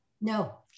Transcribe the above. No